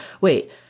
Wait